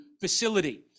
facility